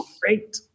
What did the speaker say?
great